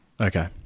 Okay